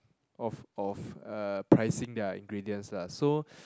of of uh pricing their ingredients lah so